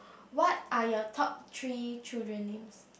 what are your top three children names